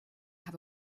have